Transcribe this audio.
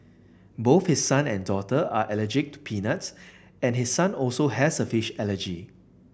both his son and daughter are allergic to peanuts and his son also has a fish allergy